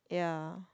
ya